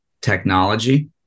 technology